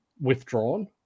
withdrawn